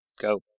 Go